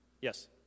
Yes